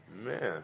Man